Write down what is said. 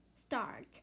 start